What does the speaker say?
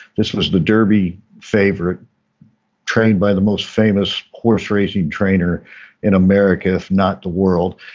this was the derby favorite trained by the most famous horse racing trainer in america if not the world.